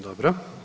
Dobro.